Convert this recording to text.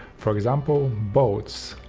for example boats,